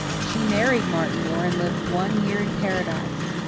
she married martin moore and lived one year in paradise.